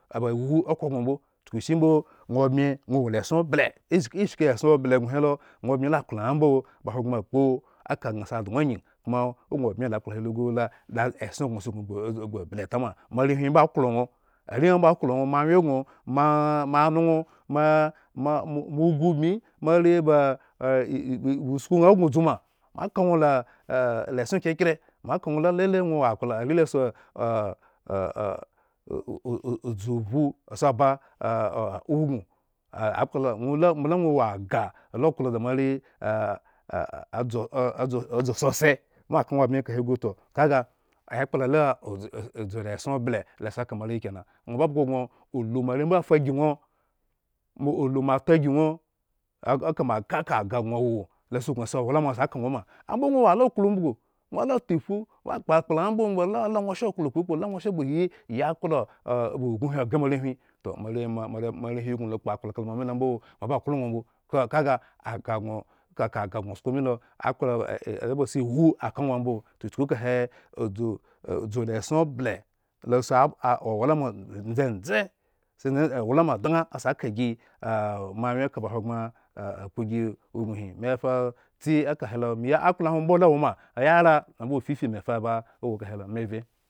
A ba wowu okhro gŋo mbo chukushin-bo ŋwo bmi, ŋwo wola eson ble. ish ishki eson ble gŋo he lo, ŋwo bmi la akpla ŋhambo ba ahogbren akplo aka gŋo angyi koma ogŋo suknu gbu gbuble tama moarehwin mbo aklo ŋo ma moanoŋ, mamo mougu bmi, moare bababa usku ŋha gŋo dzuma moaka ŋwo. la ah eson kyere moakalele ŋwo wo akpla, are. la si o o odzubhu si aba ah aubin ah akpla mola mola ŋwo wo agah laklo da moare a dzu dzu tsotse moaka ŋwo abmye kahe gu toh, kaga ekpla la adzu dzula eson ble la si aka moare. kena, ŋwo ba bhgo gŋo, ulu moare mbo afaygi ŋwo, ulu moata ygi ŋwo eka moaka ka agah gŋo awo losuknu asi owlama si aka ŋwo ala ta iphu, moakpo akpla ŋhambo ŋwo ba lala ŋwo sha klo kpokpo. la ŋwo sha ba oyi yi akplo ba ubin ni oghre moarehwin, toh moare moarehwin gŋola kpoakpl kamo ami lo mbo mo aba klo ŋwo mbo toh kamo ami lo mbo moaba klo ŋwo mbo toh aga agah gŋo kaka agah gŋo sko milo atakplo lo ba siwu si ka ŋwo ambo to chuku kahe udzu dzula ble losi si own ama dzendze si nz owlama dŋa asi aka gi moa ah moawyen kaba hogbren akpo gi ubin hi me fa tsi ekahelo me yi akpla hwon mbo lawo woma ya ra ambofifi me fa eba awo ekahelo me vye.